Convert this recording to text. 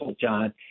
John